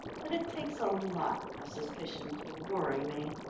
but it takes a lot of suspicion to worry me.